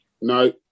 No